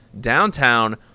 downtown